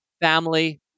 family